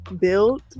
built